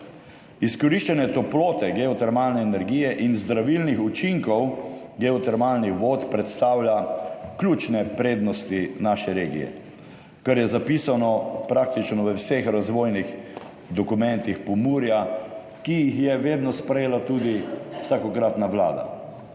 Izkoriščanje toplote, geotermalne energije in zdravilnih učinkov geotermalnih vod predstavlja ključne prednosti naše regije, kar je zapisano praktično v vseh razvojnih dokumentih Pomurja, ki jih je vedno sprejela tudi vsakokratna vlada.